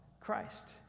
Christ